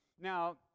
Now